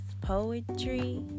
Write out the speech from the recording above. Poetry